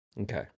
Okay